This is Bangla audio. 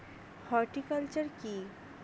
হর্টিকালচার কি?